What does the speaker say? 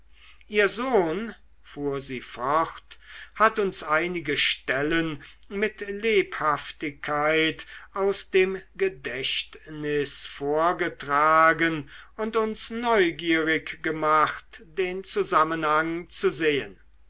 ihr sohn fuhr sie fort hat uns einige stellen mit lebhaftigkeit aus dem gedächtnis vorgetragen und uns neugierig gemacht den zusammenhang zu sehen